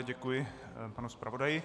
Děkuji panu zpravodaji.